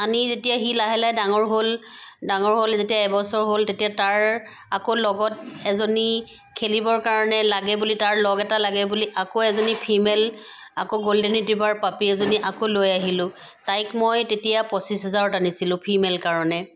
আনি যেতিয়া লাহে লাহে সি ডাঙৰ হ'ল ডাঙৰ হ'ল যেতিয়া তাৰ এবছৰ হ'ল তাৰ আকৌ লগত এজনী খেলিবৰ কাৰণে লাগে বুলি তাৰ লগ এটা লাগে বুলি আকৌ এজনী ফিমেল আকৌ গ'ল্ডেন ৰিটৰাইভাৰ পাপি এজনী আকৌ লৈ আহিলোঁ তাইক মই তেতিয়া পঁচিছ হাজাৰত আনিছিলোঁ ফিমেল কাৰণে